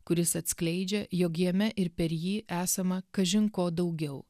kuris atskleidžia jog jame ir per jį esama kažin ko daugiau